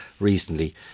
recently